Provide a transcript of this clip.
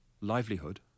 livelihood